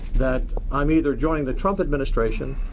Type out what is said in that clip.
that i'm either joining the trump administration,